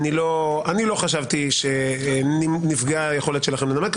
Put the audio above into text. אני לא חושב שנפגעה היכולת שלכם לנמק,